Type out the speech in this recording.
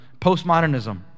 postmodernism